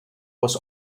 was